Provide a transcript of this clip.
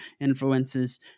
influences